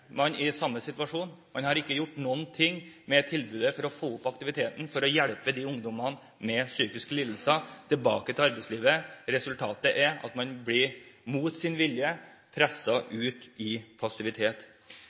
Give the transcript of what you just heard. man i samme situasjon, man har ikke gjort noen ting med tilbudet for å få opp aktiviteten, for å hjelpe ungdommene med psykiske lidelser tilbake til arbeidslivet. Resultatet er at man mot sin vilje